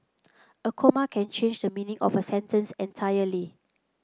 a comma can change the meaning of a sentence entirely